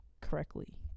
correctly